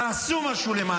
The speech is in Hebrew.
תודה.